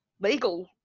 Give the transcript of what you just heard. legal